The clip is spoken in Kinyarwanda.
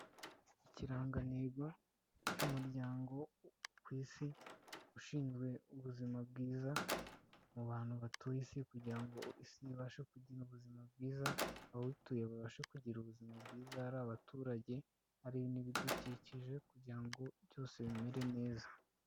Ikirangantego cy'umuryango ku isi ushinzwe ubuzima bwiza, mu bantu batuye isi kugira ngo isi ibashe kugera ubuzima bwiza, abawutuye babashe kugira ubuzima bwiza, ari abaturage ari n'ibidukikije kugira ngo byose bimere neza.